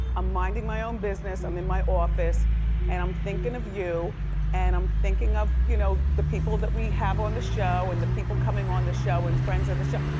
i'm minding my own business, i'm in my office and i'm thinking of you and i'm thinking of you know the people that we have on the show and the people coming on the show and friends of the show,